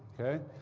ok?